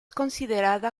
considerada